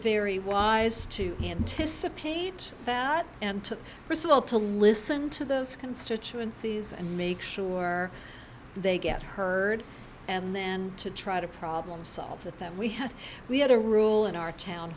very wise to anticipate that and to first of all to listen to those constituencies and make sure they get heard and then to try to problem solve that that we have we had a rule in our town